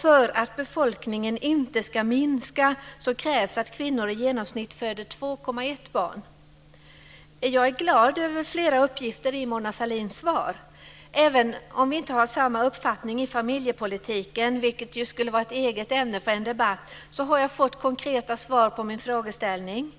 För att befolkningen inte ska minska krävs att kvinnor i genomsnitt föder 2,1 Jag är glad över flera uppgifter i Mona Sahlins svar. Även om vi inte har samma uppfattning i familjepolitiken, som skulle vara ett eget ämne för en debatt, har jag fått konkreta svar på min frågeställning.